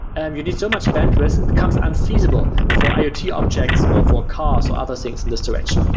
and you get so much bent with, it becomes unfeasible for iot yeah objects, or for cars or other things in this direction.